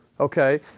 Okay